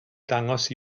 dangos